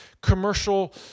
commercial